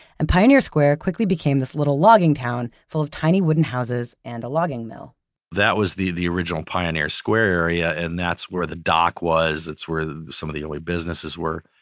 and pioneer square quickly became this little logging town full of tiny wooden houses and a logging mill that was the the original pioneer square area, and that's where the dock was. that's where some of the only businesses were.